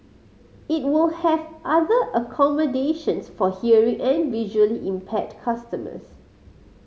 it will have other accommodations for hearing and visually impaired customers